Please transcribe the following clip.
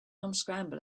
unscramble